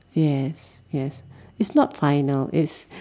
yes yes it's not final it's